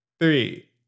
Three